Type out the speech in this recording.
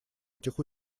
этих